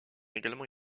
également